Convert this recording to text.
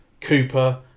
Cooper